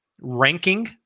ranking